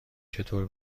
چطور